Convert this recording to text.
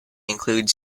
includes